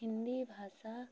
हिंदी भाषा